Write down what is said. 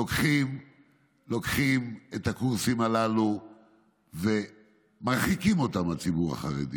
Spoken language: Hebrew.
לוקחים את הקורסים הללו ומרחיקים אותם מהציבור החרדי,